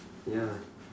ya